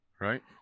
right